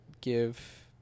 give